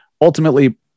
Ultimately